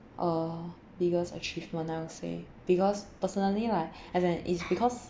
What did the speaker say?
uh biggest achievement I will say because personally like as in is because